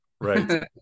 right